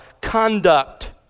conduct